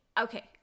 okay